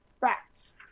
Facts